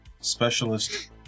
Specialist